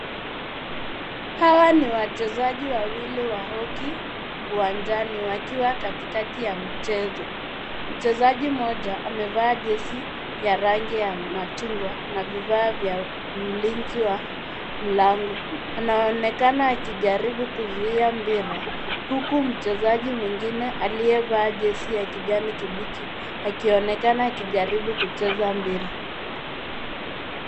Hawa ni wachezaji wawili wa hockey uwanjani wakiwa katikati ya mchezo. Mchezaji mmoja amevaa jezi ya rangi ya machungwa na vifaa vya mlinzi wa mlango. Anaonekana akijaribu kuzuia mpira huku mchezaji mwingine aliyevaa jezi ya kijani kibichi akionekana akijaribu kucheza mpira.